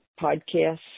podcasts